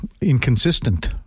Inconsistent